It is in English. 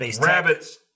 rabbits